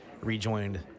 rejoined